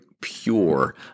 pure